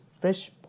fresh